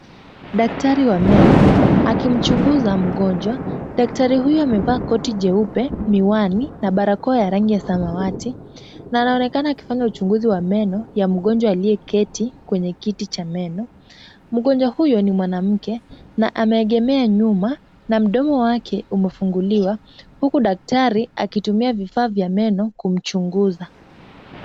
Daktari wa meno akimchunguza mgonjwa. Daktari huyo amevaa koti jeupe, miwani na barakoa ya rangi ya samawati na anaonekana akifanya uchunguzi wa meno ya mgonjwa aliyeketi kwenye kiti cha meno. Mgonjwa huyo ni mwanamke na ameegemea nyuma na mdomo wake umefunguliwa, huku daktari akitumia vifaa vya meno kumchunguza.